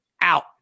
out